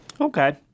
Okay